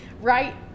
Right